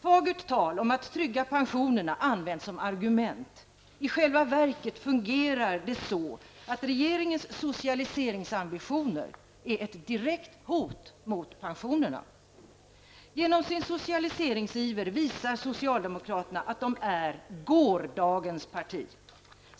Fagert tal om att trygga pensionerna används som argument. I själva verket fungerar det så att regeringens socialiseringsambitioner är ett direkt hot mot pensionerna. Genom sin socialiseringsiver visar socialdemokraterna att de är gårdagens parti.